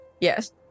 Yes